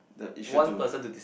the issue to